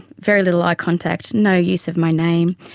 very little eye contact, no use of my name,